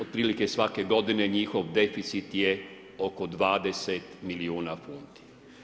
Otprilike svake godine njihov deficit je oko 20 milijuna funti.